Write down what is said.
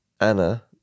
Anna